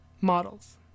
models